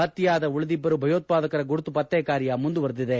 ಪತ್ಯೆಯಾದ ಉಳಿದಿಬ್ಬರು ಭಯೋತ್ಪಾದಕರ ಗುರುತು ಪತ್ತೆಕಾರ್ಯ ಮುಂದುವರಿದಿದೆ